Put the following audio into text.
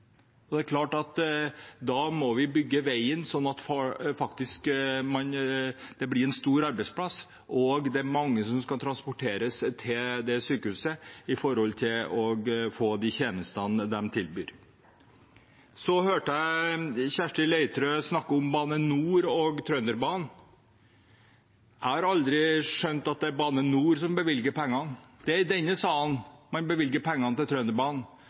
er mange som skal transporteres til det sykehuset for å få de tjenestene de tilbyr. Så hørte jeg Kirsti Leirtrø snakke om Bane NOR og Trønderbanen. Jeg har aldri skjønt at det er Bane NOR som bevilger pengene. Det er i denne salen man bevilger pengene til Trønderbanen.